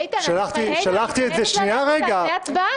איתן, תעשה הצבעה.